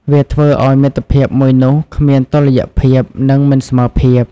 វាធ្វើឱ្យមិត្តភាពមួយនោះគ្មានតុល្យភាព និងមិនស្មើភាព។